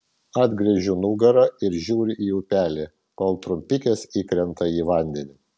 atgręžiu nugarą ir žiūriu į upelį kol trumpikės įkrenta į vandenį